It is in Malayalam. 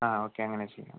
ആ ഓക്കെ അങ്ങനെ ചെയ്യാം